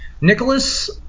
Nicholas